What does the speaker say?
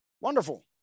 Wonderful